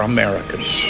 Americans